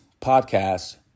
podcast